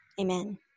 Amen